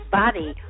body